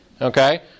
Okay